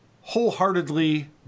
wholeheartedly